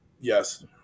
Yes